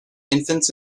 infants